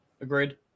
Agreed